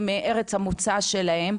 מאשר ארץ המוצא שלהם,